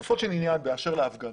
לגופו של עניין, באשר להפגנות.